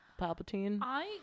Palpatine